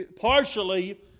partially